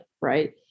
Right